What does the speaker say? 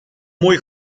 muy